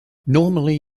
normally